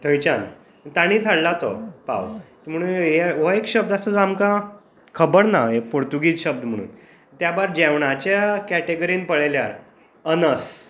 थंयच्यान तांणीच हाडला तो म्हणून हो एक शब्द आसा जो आमकां खबर ना पुर्तुगीज शब्द म्हणून त्या भायर जेवणाच्या केटेगरींत पळयल्यार अनस